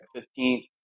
fifteenth